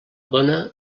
dóna